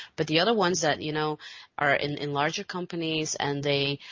but the other ones that you know are in larger companies and they,